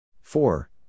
Four